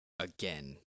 Again